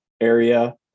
area